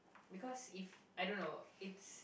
because if I don't know it's